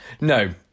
No